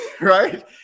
right